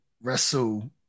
wrestle